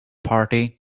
party